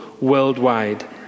worldwide